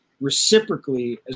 reciprocally